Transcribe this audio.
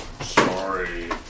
Sorry